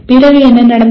பிறகு என்ன நடந்தது